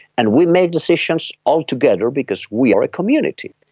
and we made decisions altogether because we are a community.